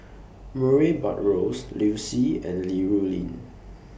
Murray Buttrose Liu Si and Li Rulin